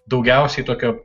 daugiausiai tokio